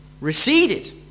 receded